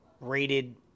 rated